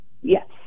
Yes